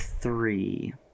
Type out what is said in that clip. three